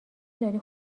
داری